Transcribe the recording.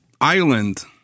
island